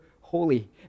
holy